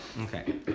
Okay